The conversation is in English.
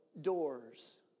doors